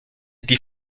die